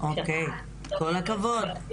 אוקיי, כל הכבוד.